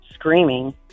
screaming